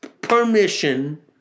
permission